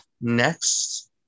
next